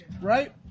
Right